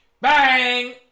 Bang